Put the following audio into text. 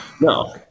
No